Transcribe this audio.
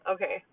Okay